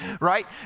right